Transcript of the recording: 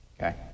Okay